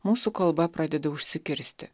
mūsų kalba pradeda užsikirsti